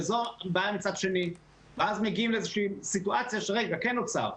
וזו בעיה מצד שני ואז מגיעים לאיזושהי סיטואציה שרגע כן נוצר.